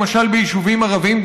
למשל ביישובים ערביים,